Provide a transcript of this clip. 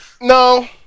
no